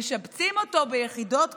משבצים אותו ביחידות קצה,